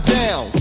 down